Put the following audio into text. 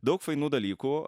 daug fainų dalykų